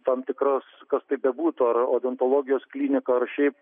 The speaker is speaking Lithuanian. tam tikras kas tai bebūtų ar odontologijos klinika ar šiaip